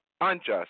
unjust